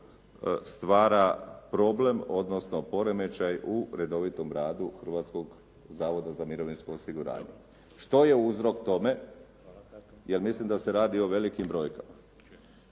stvara problem, odnosno poremećaj u redovitom radu Hrvatskog zavoda za mirovinsko osiguranje. Što je uzrok tome, jer mislim da se radi o velikim brojkama?